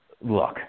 Look